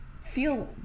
feel